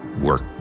work